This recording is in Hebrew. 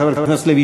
חבר הכנסת לוי,